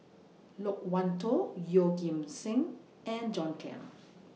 Loke Wan Tho Yeoh Ghim Seng and John Clang